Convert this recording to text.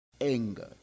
anger